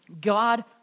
God